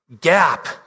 gap